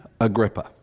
Agrippa